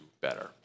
better